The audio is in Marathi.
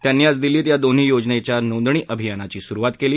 त्यांनी आज दिल्लीत या दोन्ही योजनेच्या नोंदणी अभियानाची सुरुवात केली